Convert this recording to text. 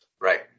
Right